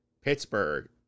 Pittsburgh